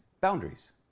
boundaries